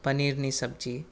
પનીરની સબ્જી